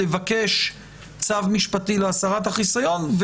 לבקש צו משפטי להסרת חיסיון,